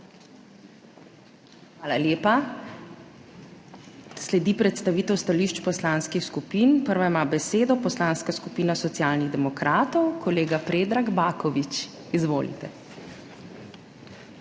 Hvala lepa. Sledi predstavitev stališč poslanskih skupin. Prva ima besedo Poslanska skupina Socialnih demokratov, kolega Predrag Baković. Izvolite.